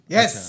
Yes